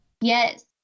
Yes